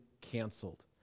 canceled